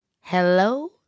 Hello